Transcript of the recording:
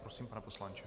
Prosím, pane poslanče.